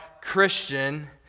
Christian